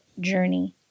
journey